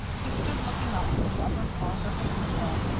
he stood looking up through the upper floors of the cupola,